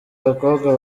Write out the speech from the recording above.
abakobwa